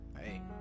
Hey